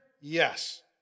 yes